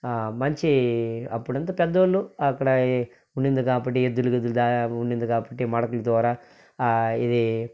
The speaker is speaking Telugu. మంచి అప్పుడంతా పెద్ద వాళ్ళు అక్కడ ఉన్నింది కాబట్టి ఎద్దులు గిద్దులు దా ఉన్నిందికాబట్టి మడకల ద్వారా ఆ ఇది